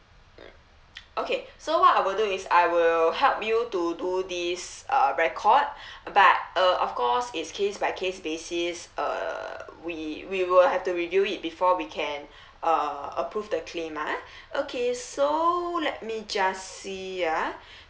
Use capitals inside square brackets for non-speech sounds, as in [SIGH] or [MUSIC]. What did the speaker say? mm [NOISE] okay so what I will do is I will help you to do this uh record [BREATH] but uh of course it's case by case basis err we we will have to review it before we can uh approve the claim ah okay so let me just see ah